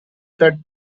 that